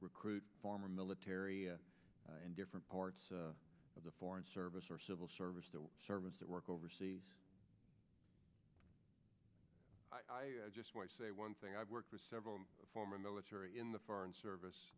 recruit former military and different parts of the foreign service or civil service to service that work overseas i just want to say one thing i've worked for several former military in the foreign service